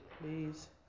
please